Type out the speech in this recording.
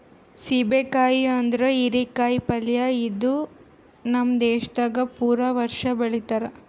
ಸೀಬೆ ಕಾಯಿ ಅಂದುರ್ ಹೀರಿ ಕಾಯಿ ಪಲ್ಯ ಇದು ನಮ್ ದೇಶದಾಗ್ ಪೂರಾ ವರ್ಷ ಬೆಳಿತಾರ್